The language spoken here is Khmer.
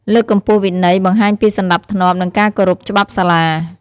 លើកកម្ពស់វិន័យ បង្ហាញពីសណ្តាប់ធ្នាប់ និងការគោរពច្បាប់សាលា។